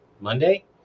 Monday